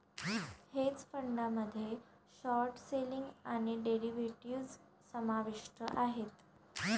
hedge फंडामध्ये short selling आणि derivatives समाविष्ट आहेत